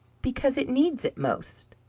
because it needs it most.